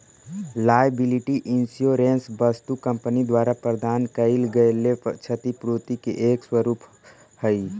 liability insurance वस्तु company द्वारा प्रदान कैइल गेल क्षतिपूर्ति के एक स्वरूप हई